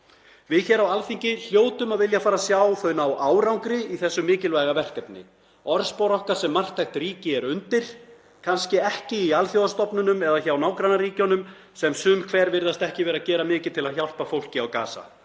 Við hér á Alþingi hljótum að vilja fara að sjá þau ná árangri í þessu mikilvæga verkefni. Orðspor okkar sem marktækt ríki er undir, kannski ekki í alþjóðastofnunum eða hjá nágrannaríkjunum sem sum hver virðast ekki vera að gera mikið til að hjálpa fólki á Gaza,